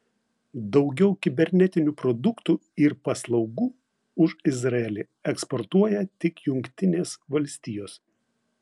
daugiau kibernetinių produktų ir paslaugų už izraelį eksportuoja tik jungtinės valstijos